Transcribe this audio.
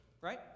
right